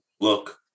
look